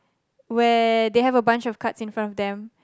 where they have a bunch of cards in front of them